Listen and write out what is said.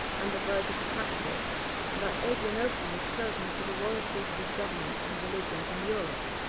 and the verge of the capital and that adrianople was chosen for the royal seat of his government and religion in europe.